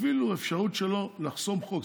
אפילו אפשרות שלו לחסום חוק,